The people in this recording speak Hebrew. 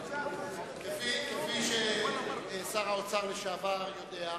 כפי ששר האוצר לשעבר יודע,